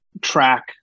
track